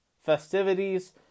festivities